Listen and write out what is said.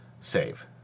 Save